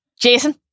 Jason